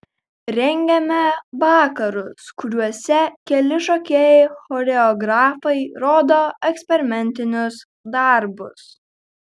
rengiame vakarus kuriuose keli šokėjai choreografai rodo eksperimentinius darbus